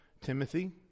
Timothy